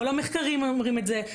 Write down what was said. כל המחקרים אומרים את זה.